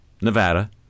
Nevada